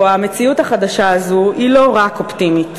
או המציאות החדשה הזאת היא לא רק אופטימית,